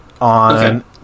on